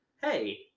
hey